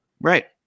Right